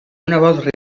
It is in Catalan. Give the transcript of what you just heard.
nebot